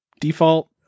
Default